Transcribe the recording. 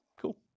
Cool